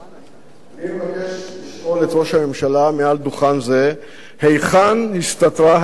אני מבקש לשאול את ראש הממשלה מעל דוכן זה היכן הסתתרה האמת עד היום.